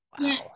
Wow